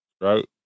Right